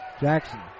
Jackson